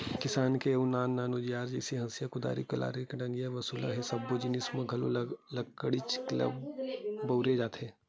किसानी के अउ नान नान अउजार जइसे हँसिया, कुदारी, कलारी, टंगिया, बसूला ए सब्बो जिनिस म घलो लकड़ीच ल बउरे जाथे